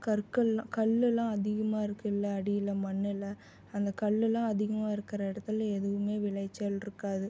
கற்கள்லாம் கல்லுலாம் அதிகமாக இருக்குதுல அடியில் மண்ணில் அந்த கல்லுலாம் அதிகமாக இருக்கிற இடத்துல எதுவும் விளைச்சல் இருக்காது